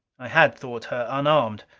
i had thought her unarmed.